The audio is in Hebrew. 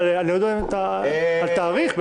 על תאריך,